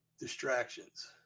distractions